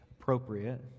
appropriate